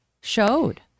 showed